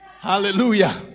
Hallelujah